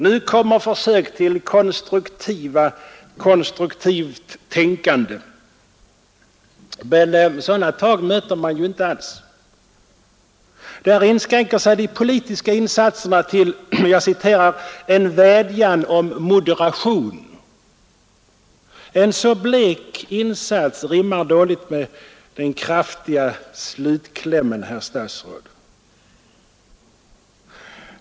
Nu kommer försök till konstruktivt tänkande, Men sådana tag möter man inte alls i fortsättningen av svaret. De politiska insatserna inskränker sig till en ”vädjan om moderation”. En så blek insats rimmar dåligt med den kraftfulla slutklämmen, herr statsråd.